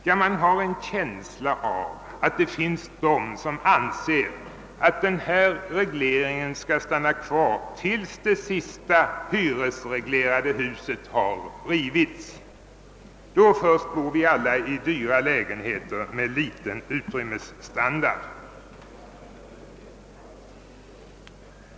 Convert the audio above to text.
Ja, man har en känsla av att det finns de som anser att denna reglering skall vara kvar tills det sista hyresreglerade huset har rivits. Då först bor vi alla i dyra lägenheter med små utrymmen.